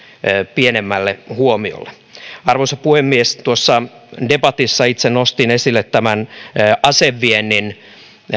pienemmälle huomiolle arvoisa puhemies tuossa debatissa itse nostin esille aseviennin